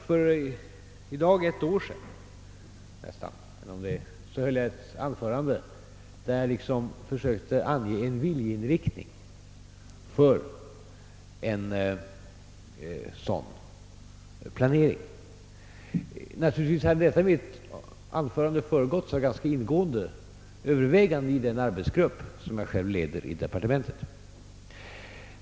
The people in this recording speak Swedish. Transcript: För i dag nästan ett år sedan höll jag ett anförande, där jag försökte ange en viljeinriktning för en sådan planering. Naturligtvis hade detta mitt anförande föregåtts av ganska ingående överväganden i den arbetsgrupp, som jag själv leder inom departementet.